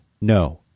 No